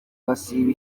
basiba